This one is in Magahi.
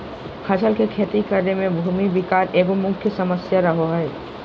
फसल के खेती करे में भूमि विकार एगो मुख्य समस्या रहो हइ